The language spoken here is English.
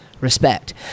Respect